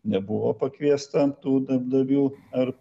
nebuvo pakviesta tų darbdavių ar